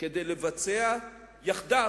כדי לבצע יחד,